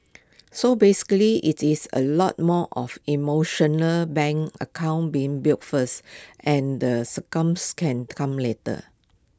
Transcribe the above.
so basically IT is A lot more of emotional bank account being built first and the can come later